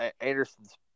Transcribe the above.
Anderson's